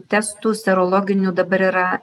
testų serologinių dabar yra